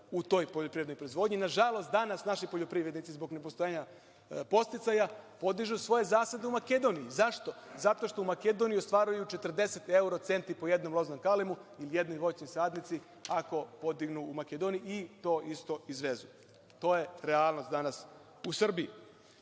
u toj poljoprivrednoj proizvodnji. Nažalost, danas naši poljoprivrednici, zbog nepostojanja podsticaja, podižu svoje zasade u Makedoniji. Zašto? Zato što u Makedoniji ostvaruju 40 evro centi po jednom loznom kalemu i jednoj voćnoj sadnici ako podignu u Makedoniji i to isto izvezu. To je realnost danas u Srbiji. Što